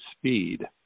speed